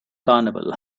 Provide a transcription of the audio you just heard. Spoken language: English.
carnival